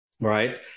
right